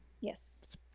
Yes